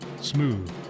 smooth